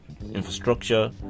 Infrastructure